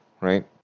right